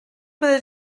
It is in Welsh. byddai